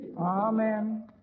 Amen